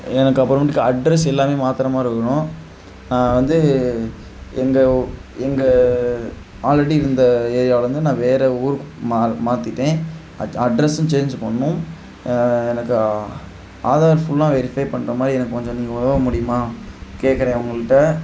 எனக்கு அப்புறமேட்டுக்கு அட்ரெஸ் எல்லாமே மாற்றற மாதிரி இருக்கணும் நான் வந்து எங்கள் எங்கள் ஆல்ரெடி இருந்த ஏரியாவுலிர்ந்து நான் வேறு ஊருக்கு மா மாற்றிட்டேன் அட்ரெஸ்ஸும் சேஞ்ச் பண்ணணும் எனக்கு ஆதார் ஃபுல்லாக வெரிஃபை பண்ணுற மாதிரி எனக்கு கொஞ்சம் நீங்கள் உதவ முடியுமா கேட்குறேன் உங்கள்கிட்ட